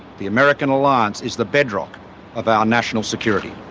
the american alliance is the bedrock of our national security.